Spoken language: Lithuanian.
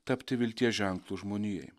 tapti vilties ženklu žmonijai